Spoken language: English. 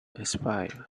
expire